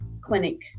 clinic